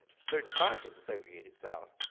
certain parts of the segregated south,